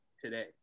today